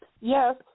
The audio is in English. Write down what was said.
Yes